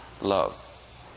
love